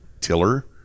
tiller